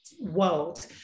world